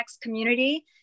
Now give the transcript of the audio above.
community